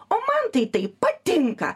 o man tai tai patinka